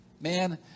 man